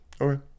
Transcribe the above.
Okay